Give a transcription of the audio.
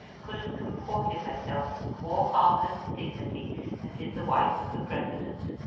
could have comported herself with more calmness and dignity than did the wife of the president.